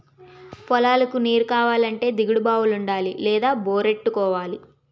పొలాలకు నీరుకావాలంటే దిగుడు బావులుండాలి లేదా బోరెట్టుకోవాలి